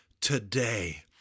today